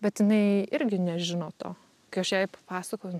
bet jinai irgi nežino to kai aš jai pasakoju